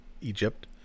Egypt